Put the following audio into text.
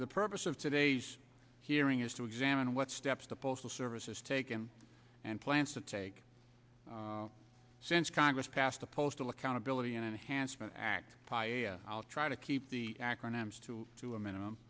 the purpose of today's hearing is to examine what steps the postal service has taken and plans to take since congress passed the postal accountability and enhancement act i'll try to keep the acronyms too to a minimum